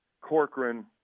Corcoran